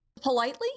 Politely